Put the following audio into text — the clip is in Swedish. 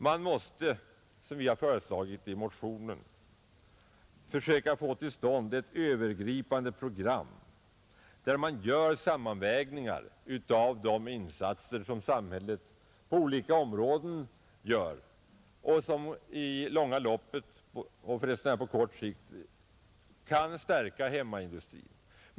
Man måste, så som vi föreslagit i motionen, söka få till stånd ett övergripande program där man sammanvägt de insatser som samhället gör på olika områden och som i det långa loppet — och förresten även på kort sikt — kan stärka hemmaindustrin.